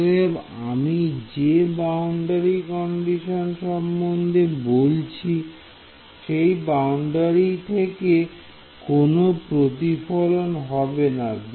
অতএব আমি যে বাউন্ডারি কন্ডিশন সম্বন্ধে বলছি সেই বাউন্ডারি থেকে কোনো প্রতিফলন হবে না